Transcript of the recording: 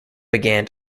began